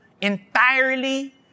entirely